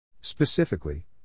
Specifically